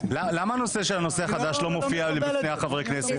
למה הנושא של הנושא החדש לא מופיע אצל חברי הכנסת?